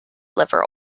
liver